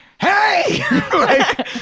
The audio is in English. Hey